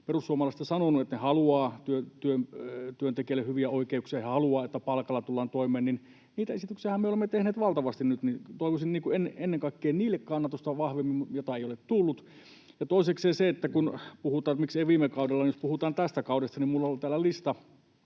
perussuomalaisista sanoneet, että he haluavat työntekijälle hyviä oikeuksia, he haluaa, että palkalla tullaan toimeen. Niitä esityksiähän me olemme tehneet valtavasti nyt, ja toivoisin ennen kaikkea niille vahvemmin kannatusta, mitä ei ole tullut. Ja toisekseen, kun puhutaan, että miksei viime kaudella, niin jos puhutaan tästä kaudesta, niin minulla on ollut täällä lista